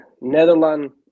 Netherlands